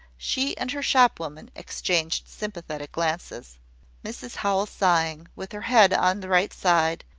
she and her shop-woman exchanged sympathetic glances mrs howell sighing, with her head on the right side,